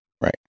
Right